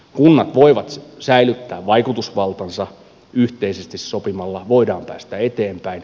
kunnat voivat säilyttää vaikutusvaltansa yhteisesti sopimalla voidaan päästä eteenpäin